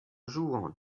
jouant